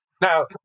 Now